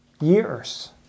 years